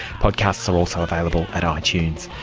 podcasts are also available at um itunes.